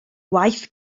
waith